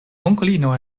onklino